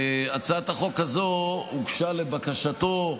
הצעת החוק הזו הוגשה לבקשתו,